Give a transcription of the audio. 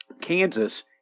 Kansas